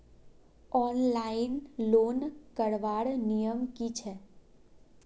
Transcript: Online loan करवार नियम की छे?